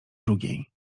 drugiej